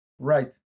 right